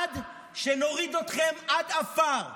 עד שנוריד אתכם עד עפר.